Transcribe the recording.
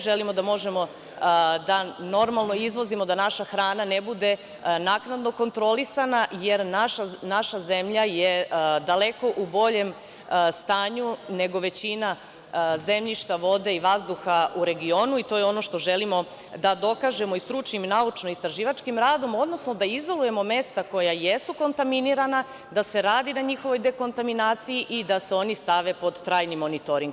Želimo da možemo da normalno izvozimo, da naša hrana ne bude naknadno kontrolisana, jer naša zemlja je daleko u boljem stanju nego većina zemljišta, vode i vazduha u regionu i to je ono što želimo da dokažemo i stručnim i naučno-istraživačkim radom, odnosno da izolujemo mesta koja jesu kontaminirana, da se radi na njihovoj dekontaminaciji i da se oni stave pod trajni monitoring.